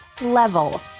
level